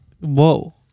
whoa